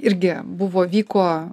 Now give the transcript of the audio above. irgi buvo vyko